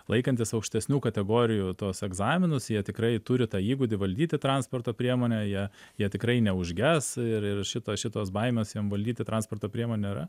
laikantys aukštesnių kategorijų tuos egzaminus jie tikrai turi tą įgūdį valdyti transporto priemonę jie jie tikrai neužges ir ir šito šitos baimės jiem valdyti transporto priemonę nėra